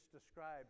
described